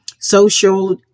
social